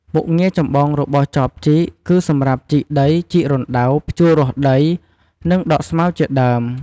មុខងារចម្បងរបស់ចបជីក គឺសម្រាប់ ជីកដី ជីករណ្ដៅ ភ្ជួររាស់ដី និងដកស្មៅជាដើម។